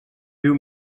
viu